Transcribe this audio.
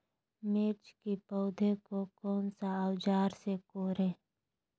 मिर्च की पौधे को कौन सा औजार से कोरे?